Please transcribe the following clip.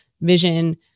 vision